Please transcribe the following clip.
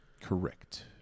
Correct